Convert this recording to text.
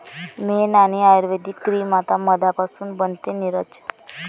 मेण आणि आयुर्वेदिक क्रीम आता मधापासून बनते, नीरज